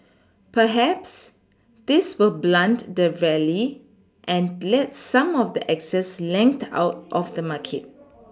perhaps this will blunt the rally and let some of the excess length out of the market